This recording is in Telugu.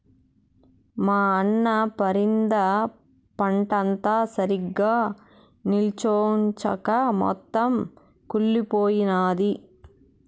మా అన్న పరింద పంటంతా సరిగ్గా నిల్చొంచక మొత్తం కుళ్లిపోయినాది